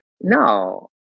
No